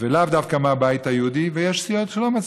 לאו דווקא מהבית היהודי, ויש סיעות שלא מצליחות.